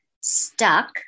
stuck